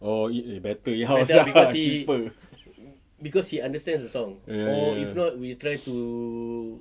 oh better in-house lah cheaper ya ya ya